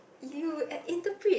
you at interpret